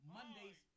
Mondays